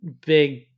big